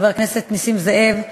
חבר הכנסת נסים זאב,